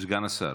סגן השר,